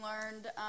learned